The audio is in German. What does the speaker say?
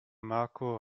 marco